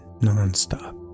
non-stop